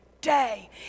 day